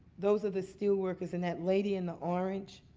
those are the steel workers. and that lady in the orange,